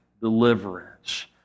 deliverance